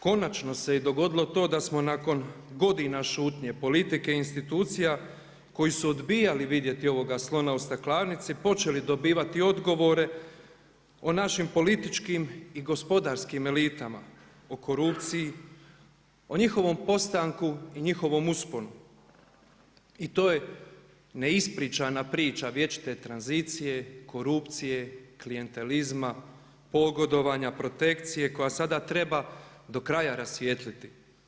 Konačno se dogodilo i to da smo nakon godina šutnje politike i institucija koji su odbijali vidjeti ovoga slona u staklarnici počeli dobivati odgovore o našim političkim i gospodarskim elitama, o korupciji, o njihovom postanku i njihovom usponu i to je neispričana priča vječite tranzicije, korupcije, klijentelizma, pogodovanja, protekcije koja sada treba do kraja rasvijetliti.